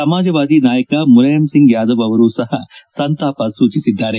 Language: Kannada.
ಸಮಾಜವಾದಿ ನಾಯಕ ಮುಲಾಯಮ್ಸಿಂಗ್ ಯಾಧವ್ ಅವರು ಸಹ ಸಂತಾಪ ಸೂಚಿಸಿದ್ದಾರೆ